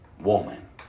Woman